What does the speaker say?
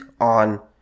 on